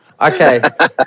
Okay